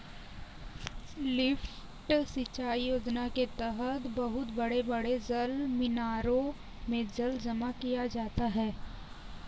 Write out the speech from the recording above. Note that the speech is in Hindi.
लिफ्ट सिंचाई योजना के तहद बहुत बड़े बड़े जलमीनारों में जल जमा किया जाता है